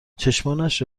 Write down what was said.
چشمانش